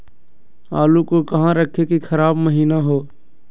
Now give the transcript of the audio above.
आलू को कहां रखे की खराब महिना हो?